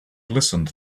listened